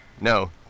No